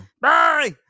bye